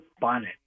bonnet